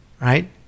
right